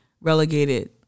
relegated